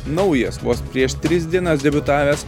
naujas vos prieš tris dienas debiutavęs